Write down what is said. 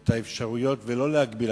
ואת האפשרויות, ולא להגביל.